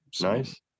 Nice